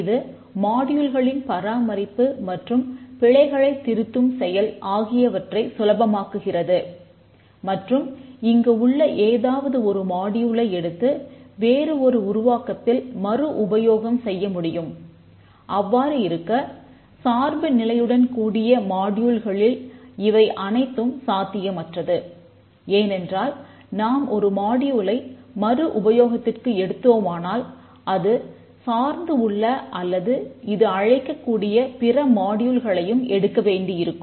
இது மாடியூல்களின் எடுக்க வேண்டியிருக்கும்